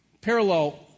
parallel